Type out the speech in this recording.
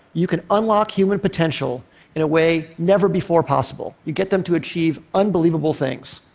you can unlock human potential in a way never before possible. you get them to achieve unbelievable things.